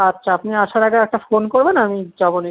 আচ্ছা আপনি আসার আগে একটা ফোন করবেন আমি যাবো নিচে